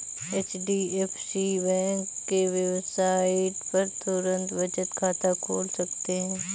HDFC bank के website पर तुरंत बचत खाता खोल सकते है